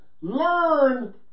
learn